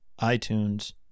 iTunes